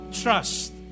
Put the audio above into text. trust